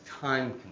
time